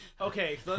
Okay